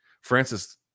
Francis